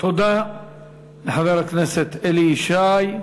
תודה לחבר הכנסת אלי ישי.